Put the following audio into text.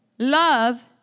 Love